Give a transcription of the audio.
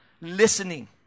listening